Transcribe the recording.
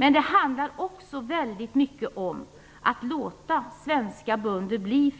Men det handlar också väldigt mycket om att låta svenska bönder bli